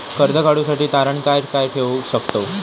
कर्ज काढूसाठी तारण काय काय ठेवू शकतव?